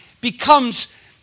becomes